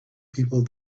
people